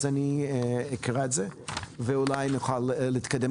אני אקרא אותו ואולי נוכל להתקדם.